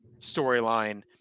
storyline